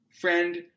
friend